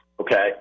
Okay